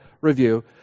review